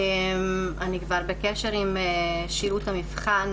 אני כבר בקשר עם שירות המבחן,